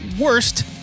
worst